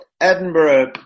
Edinburgh